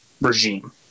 regime